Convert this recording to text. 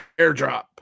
Airdrop